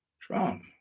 Trump